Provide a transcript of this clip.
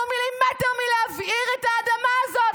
אנחנו מילימטר מלהבעיר את האדמה הזאת,